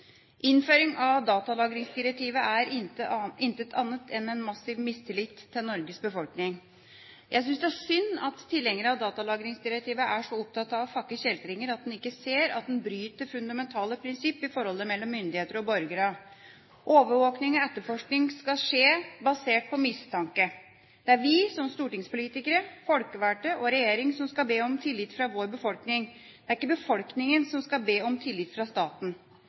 Innføring av datalagringsdirektivet er intet annet enn en massiv mistillit til Norges befolkning. Jeg synes det er synd at tilhengere av datalagringsdirektivet er så opptatt av å fakke kjeltringer at de ikke ser at de bryter med fundamentale prinsipp i forholdet mellom myndigheter og borgere: Overvåking og etterforskning skal skje basert på mistanke. Det er vi som stortingspolitikere, folkevalgte, og regjering som skal be om tillit fra vår befolkning. Det er ikke befolkningen som skal be om tillit fra staten.